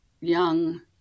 young